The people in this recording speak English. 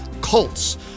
Cults